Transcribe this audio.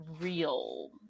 real